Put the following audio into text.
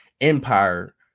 empire